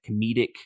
comedic